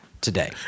today